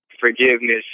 forgiveness